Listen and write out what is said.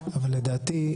לדעתי,